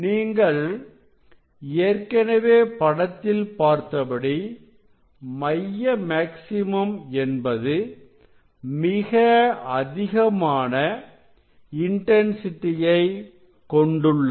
நீங்கள் ஏற்கனவே படத்தில் பார்த்தபடி மைய மேக்ஸிமம் என்பது மிக அதிகமான இன்டன்சிட்டியை கொண்டுள்ளது